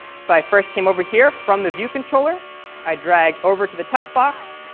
so i first came over here. from the view controller i drag over to the text box.